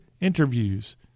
interviews